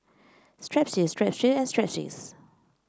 Strepsils Strepsils and Strepsils